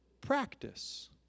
practice